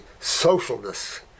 socialness